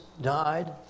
died